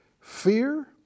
fear